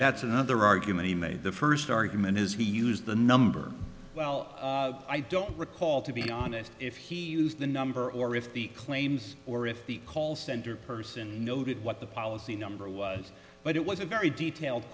that's another argument he made the first argument is he used the number well i don't recall to be honest if he used the number or if the claims or if the call center person noted what the policy number was but it was a very detailed